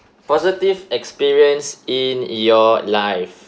positive experience in your life